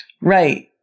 Right